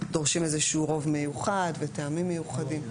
דורשים איזשהו רוב מיוחד וטעמים מיוחדים,